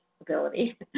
ability